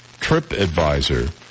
TripAdvisor